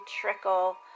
trickle